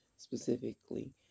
specifically